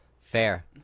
fair